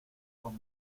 con